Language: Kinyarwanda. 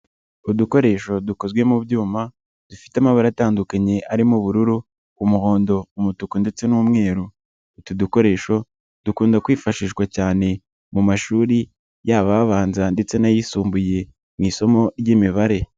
Udukoresho dukozwe mu byuma dufite amabara atandukanye arimo ubururu, umuhondo, umutuku ndetse n'umweru, utu dukoresho dukunda kwifashishwa cyane mu mashuri yaba abanza ndetse n'ayisumbuye mu isomo ry'imibare.